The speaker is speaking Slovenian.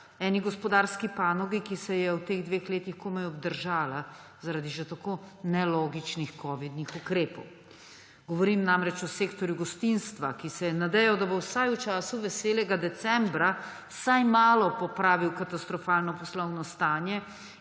eni gospodarski panogi, ki se je v teh dveh letih komaj obdržala zaradi že tako nelogičnih covidnih ukrepov. Govorim namreč o sektorju gostinstva, ki se je nadejal, da bo vsaj v času veselega decembra vsaj malo popravil katastrofalno poslovno stanje.